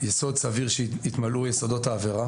יסוד סביר שהתמלאו יסודות העבירה.